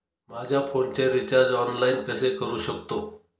माझ्या फोनचे recharge online कसे करू शकतो?